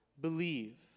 Believe